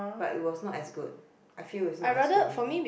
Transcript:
but it was not as good I feel it was not as good already